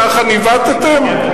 ככה ניווטתם?